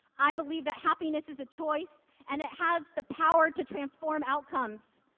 i believe that happiness is a choice, and it has the power to transform outcomes.